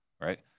right